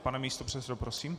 Pane místopředsedo, prosím.